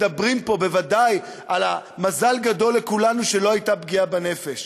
מדברים פה בוודאי על המזל הגדול לכולנו שלא הייתה פגיעה בנפש.